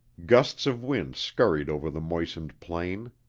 gusts of wind scurried over the moistened plain.